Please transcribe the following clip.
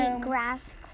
grass